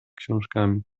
książkami